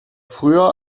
früher